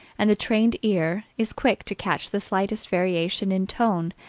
and the trained ear is quick to catch the slightest variation in tone,